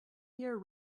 year